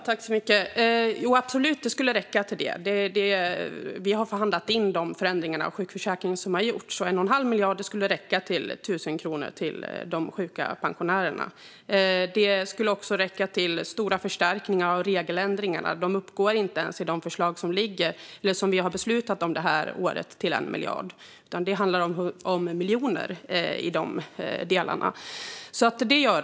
Fru talman! Det skulle absolut räcka till detta. Vi har förhandlat fram de förändringar av sjukförsäkringen som har gjorts. Och 1 1⁄2 miljard skulle räcka till 1 000 kronor till de sjuka pensionärerna. Det skulle också räcka till stora förstärkningar i fråga om regeländringar. De förslag som vi har beslutat om detta år om detta uppgår inte ens till 1 miljard. Det handlar om miljoner i dessa delar.